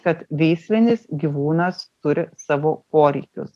kad veislinis gyvūnas turi savo poreikius